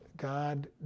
God